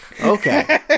Okay